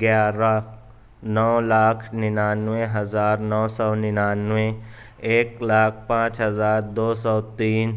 گیارہ نو لاکھ ننانوے ہزار نو سو ننانوے ایک لاکھ پانچ ہزار دو سو تین